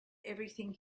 everything